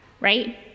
right